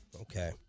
Okay